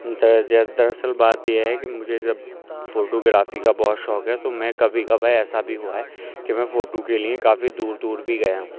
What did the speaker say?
درجہ در اصل بات یہ ہے کہ مجھے جب فوٹو گرافی کا بہت شوق ہے تو میں کبھی کبھار ایسا بھی ہوا ہے کہ میں فوٹو کے لیے کافی دور دور بھی گیا ہوں